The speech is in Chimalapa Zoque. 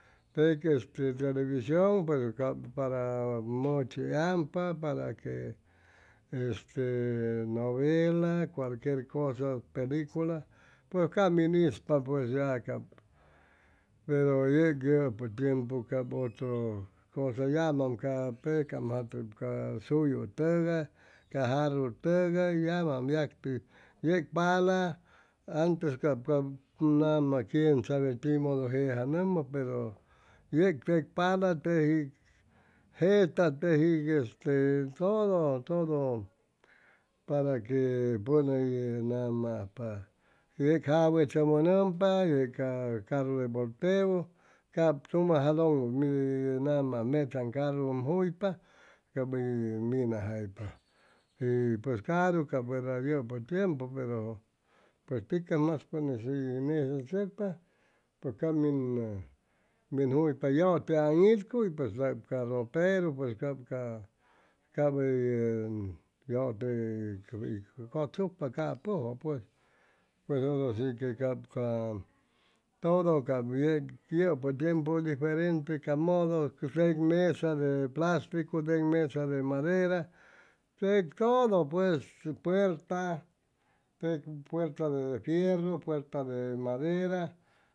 Tec este television pero cap para mʉchi ampa para que este novela cualquier cosa pelicula pues cap min ispa puyes ya cap pero yeg yʉpʉ tiempu cap otro cosa yamam ca pecam jate ca suyu tʉgay ca jarru tʉgay yamm yacti yeg pala antes cap ca nama quien sabe timodo jejanʉmʉ pero yeg tec pala teji jeta teji este todo todo para que pʉn hʉy nama ajpa yeg jawu chʉmʉnʉmpa yeg ca carru de volteu cap tumʉ jalʉŋmʉ mit ʉm mechaŋ carru ʉm juypa cap hʉy minajaypa y pues caru cap verda yʉpʉ tiempu pero pues tikas mas pʉn'is hʉy necesitachʉcpa pues cap min juypa yʉte aŋitcuy poues cap ca roperu pues cap ca cap hʉy yʉte cʉtsucpa capʉjʉ pues pero shi que cap ca y todo capo yeg yʉpʉ tiempu diferente modo tec mesa de plasticu tec masa de madera tec todo pues puerta tec puerta de fierru puerta de madera